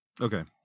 Okay